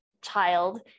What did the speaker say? child